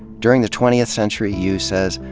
during the twentieth century, yu says,